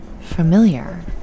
familiar